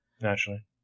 naturally